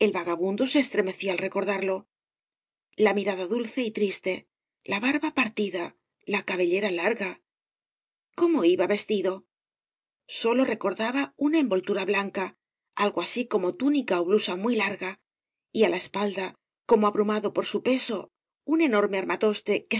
vagabundo se estremecía al recordarlo la mirada dulce y triste la barba partida la cabellera larga cómo iba vestido sólo recordaba una envoltura blanca algo así como túnica ó blusa muy larga y á la espalda como abrumado por su peso un enorme armatoste